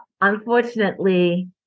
unfortunately